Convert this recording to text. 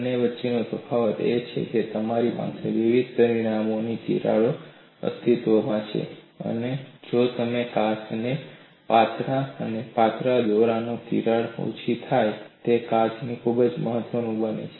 બંને વચ્ચેનો તફાવત એ છે કે તમારી પાસે વિવિધ પરિમાણોની તિરાડો અસ્તિત્વમાં છે અને જો તમે કાચને પાતળા અને પાતળા દોરો તો તિરાડો ઓછી થાય છે અને કાચ ખૂબ મજબૂત બને છે